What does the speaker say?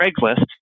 Craigslist